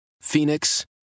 Phoenix